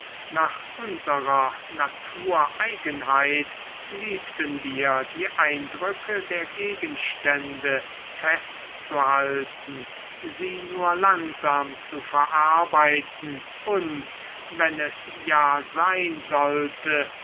nach unserer natureigenheit liebten wir die eindrücke der gegenstände festzuhalten sie nur langsam zu verarbeiten und wenn es ja sein sollte